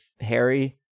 Harry